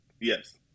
Yes